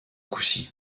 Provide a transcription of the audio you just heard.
coucy